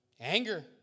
anger